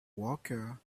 worker